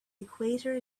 equator